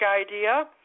idea